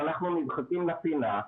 שאנחנו נדחקים לפינה.